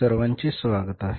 सर्वांचे स्वागत आहे